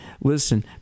Listen